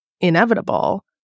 inevitable